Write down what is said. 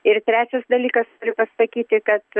ir trečias dalykas pasakyti kad